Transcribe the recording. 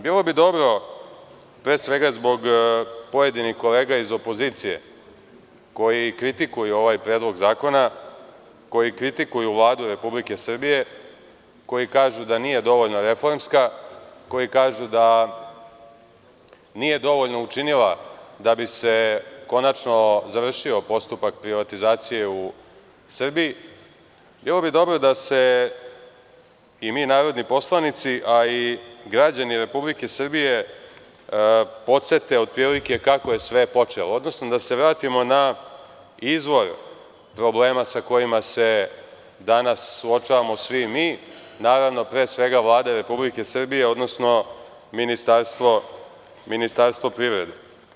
Bilo bi dobro, pre svega zbog pojedinih kolega iz opozicije koji kritikuju ovaj predlog zakona, koji kritikuju Vladu Republike Srbije, koji kažu da nije dovoljno reformska, koji kažu da nije dovoljno učinila da bi se konačno završio postupak privatizacije u Srbiji, da se i mi narodni poslanici, a i građani Republike Srbije podsete otprilike kako je sve počelo, odnosno da se vratimo na izvor problema sa kojima se danas suočavamo svi mi, pre svega Vlada Republike Srbije, odnosno Ministarstvo privrede.